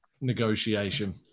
negotiation